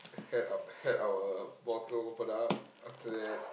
had our had our bottle open up after that